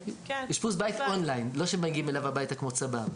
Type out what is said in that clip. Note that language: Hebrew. אשפוז בית אונליין לא כשמגיעים אליו הביתה כמו צבר.